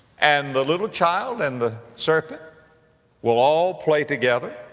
and the little child and the serpent will all play together.